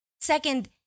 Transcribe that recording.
Second